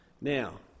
Now